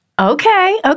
Okay